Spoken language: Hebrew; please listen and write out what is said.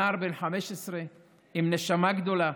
נער בן 15 עם נשמה גדולה,